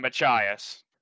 Machias